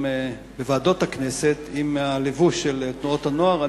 בוועדות הכנסת עם הלבוש של תנועות הנוער.